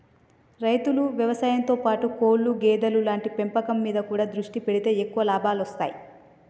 రైతులు వ్యవసాయం తో పాటు కోళ్లు గేదెలు లాంటి పెంపకం మీద కూడా దృష్టి పెడితే ఎక్కువ లాభాలొస్తాయ్